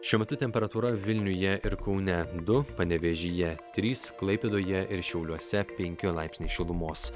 šiuo metu temperatūra vilniuje ir kaune du panevėžyje trys klaipėdoje ir šiauliuose penki laipsniai šilumos